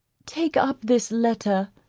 take up this letter,